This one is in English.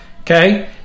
Okay